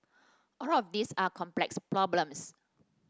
all of these are complex problems